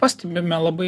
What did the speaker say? pastebime labai